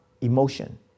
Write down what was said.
emotion